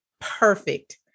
Perfect